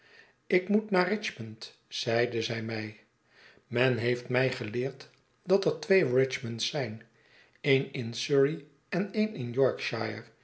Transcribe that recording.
ik moet naar richmond zeide zij mij men heeft mij geleerd dat er twee richmo nds zijn een in surrey en een in